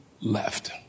left